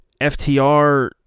FTR